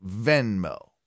Venmo